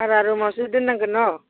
भारा रुमावसो दोननांगोन न'